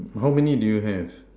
how many do you have